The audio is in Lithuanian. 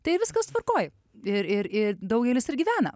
tai viskas tvarkoj ir ir ir daugelis ir gyvena